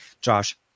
Josh